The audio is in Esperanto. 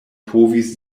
povis